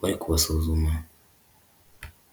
bari kubasuzuma.